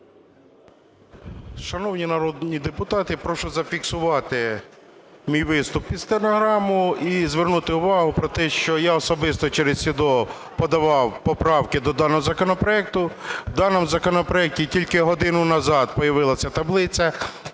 Шановні народні депутати, прошу зафіксувати мій виступ під стенограму і звернути увагу про те, що я особисто через СЕДО подавав поправки до даного законопроекту. В даному законопроекті тільки годину назад появилася таблиця